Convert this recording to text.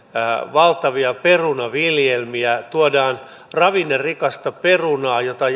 valtavia perunaviljelmiä tuodaan ravinnerikasta perunaa jota jalostetaan